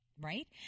Right